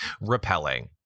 Repelling